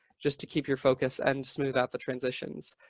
just to keep your focus and smooth out the transitions.